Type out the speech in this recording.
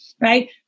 right